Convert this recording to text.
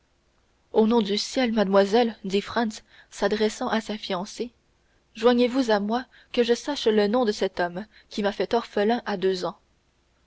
au nom du ciel mademoiselle dit franz s'adressant à sa fiancée joignez vous à moi que je sache le nom de cet homme qui m'a fait orphelin à deux ans